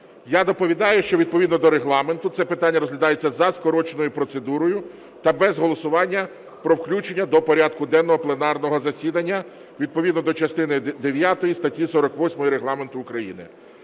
Я доповідаю, що відповідно до Регламенту це питання розглядається за скороченою процедурою та без голосування про включення до порядку денного пленарного засідання відповідно до частини дев'ятої статті 48 Регламенту України.